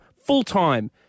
full-time